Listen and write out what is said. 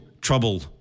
trouble